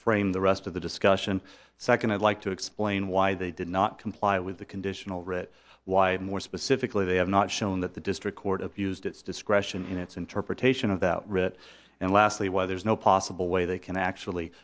frame the rest of the discussion second i'd like to explain why they did not comply with the conditional writ why more specifically they have not shown that the district court abused its discretion in its interpretation of that writ and lastly why there's no possible way they can actually